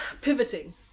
pivoting